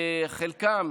חלקם